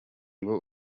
ngo